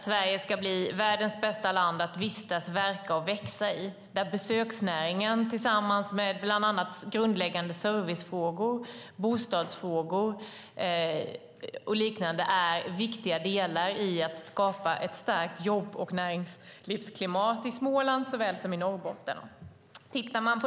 Sverige ska bli världens bästa land att vistas, verka och växa i där besökningsnäringen tillsammans med bland annat grundläggande servicefrågor, bostadsfrågor och liknande är viktiga delar i att skapa ett starkt jobb och näringslivsklimat i Småland såväl som i Norrbotten.